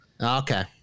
Okay